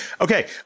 Okay